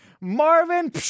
Marvin